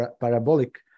parabolic